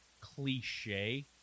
cliche